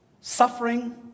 suffering